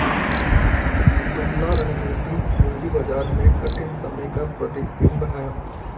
दुबला रणनीति पूंजी बाजार में कठिन समय का प्रतिबिंब है